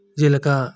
ᱡᱮᱞᱮᱠᱟ